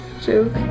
joke